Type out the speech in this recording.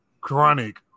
Chronic